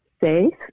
safe